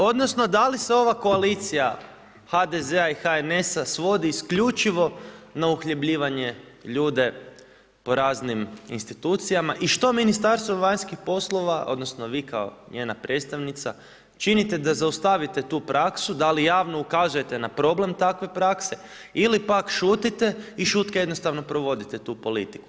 Odnosno da li se ova koalicija HDZ-a i HNS-a svodi isključivo na uhljebljivanje ljude po raznim institucijama i što Ministarstvo vanjskih poslova odnosno vi kao njena predstavnica, činite da zaustavite tu praksu, da li javno ukazujete na problem takve prakse ili pak šutite i šutke jednostavno provodite tu politiku.